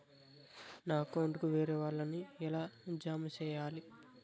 నా అకౌంట్ కు వేరే వాళ్ళ ని ఎలా జామ సేయాలి?